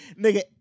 nigga